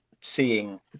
seeing